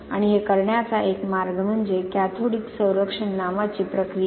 आणि हे करण्याचा एक मार्ग म्हणजे कॅथोडिक संरक्षण नावाची प्रक्रिया